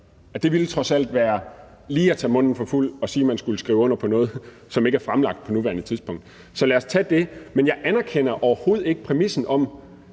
Det ville trods alt være lige at tage munden for fuld at sige, at man skulle skrive under på noget, som ikke er fremlagt på nuværende tidspunkt. Men jeg anerkender overhovedet ikke præmissen om,